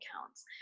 accounts